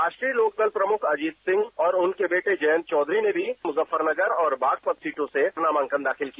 राष्ट्रीय लोकदल प्रमुख अजीत सिंह और उनके बेटे जयंत चौधरी ने भी मुजफ्फरनगर और बागपत सीटों से नामांकन दाखिल किया